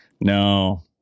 No